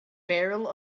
barrel